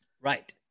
Right